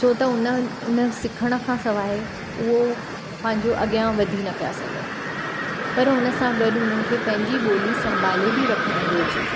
छो त उन उन सिखण खां सवाइ उहो पंहिंजो अॻियां वधी न पिया सघनि पर हुन सां गॾु हुननि खे पंहिंजी ॿोली संभाले बि रखणु घुरिजे